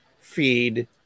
feed